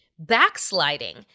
backsliding